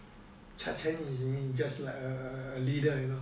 charge hand is mean just like a a a leader you know